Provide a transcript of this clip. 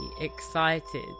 excited